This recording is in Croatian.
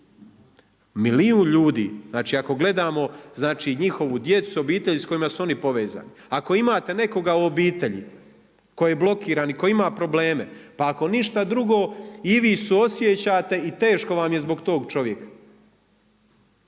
Milijun ljudi, znači ako gledamo znači njihovi djecu s obitelji s kojima su oni povezani. Ako imate nekoga u obitelji koji je blokirani i koji ima probleme. Pa ako ništa drugo i vi suosjećate i teško vam je zbog tog čovjeka.